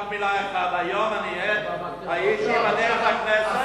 רק מלה אחת: היום אני עד הייתי בדרך לכנסת,